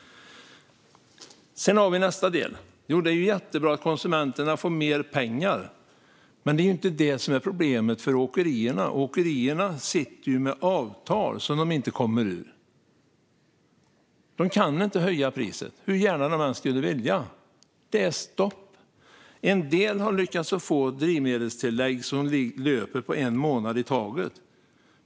Sedan har vi nästa del. Det är jättebra att konsumenterna får mer pengar, men det är inte det som är problemet för åkerierna. De sitter med avtal som de inte kommer ur. De kan inte höja priset, hur gärna de än skulle vilja. Det är stopp. En del har lyckats få drivmedelstillägg som löper på en månad i taget.